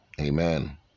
Amen